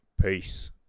peace